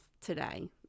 today